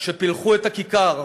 יצלחו סוף-סוף את הרוביקון